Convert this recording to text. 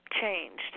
changed